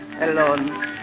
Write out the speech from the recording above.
alone